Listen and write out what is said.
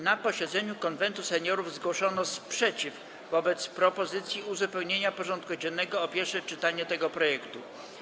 Na posiedzeniu Konwentu Seniorów zgłoszono sprzeciw wobec propozycji uzupełnienia porządku dziennego o pierwsze czytanie tego projektu.